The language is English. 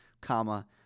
comma